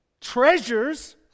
treasures